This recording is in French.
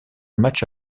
match